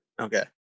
okay